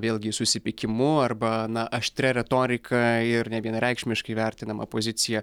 vėlgi susipykimu arba na aštria retorika ir nevienareikšmiškai vertinama pozicija